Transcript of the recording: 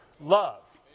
love